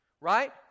Right